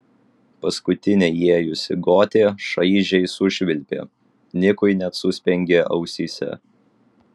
paskutinė įėjusi gotė šaižiai sušvilpė nikui net suspengė ausyse